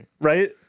right